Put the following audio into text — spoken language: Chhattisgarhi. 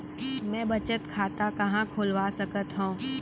मै बचत खाता कहाँ खोलवा सकत हव?